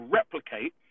replicate